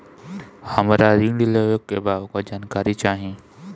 हमरा ऋण लेवे के बा वोकर जानकारी चाही